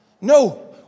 No